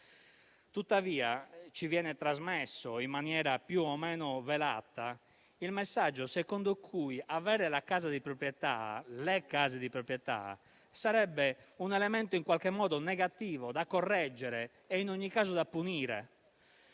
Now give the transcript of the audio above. Tuttavia, ci viene trasmesso, in maniera più o meno velata, il messaggio secondo cui avere le case di proprietà sarebbe un elemento in qualche modo negativo, da correggere e in ogni caso da punire.